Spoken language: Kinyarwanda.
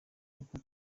kuko